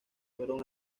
fueron